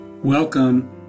Welcome